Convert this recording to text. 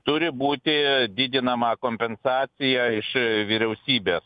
turi būti didinama kompensacija iš vyriausybės